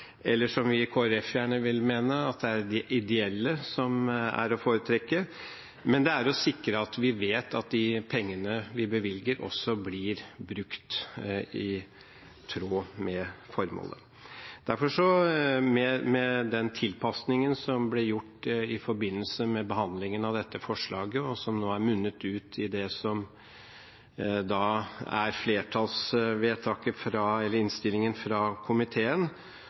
eller, som vi i Kristelig Folkeparti gjerne vil mene, at det er de ideelle som er å foretrekke – men det er å sikre at vi vet at de pengene vi bevilger, også blir brukt i tråd med formålet. Derfor, med den tilpasningen som ble gjort i forbindelse med behandlingen av dette forslaget, og som nå har munnet ut i det som er flertallsinnstillingen fra komiteen, er dette rett og slett å få en kartlegging og ut fra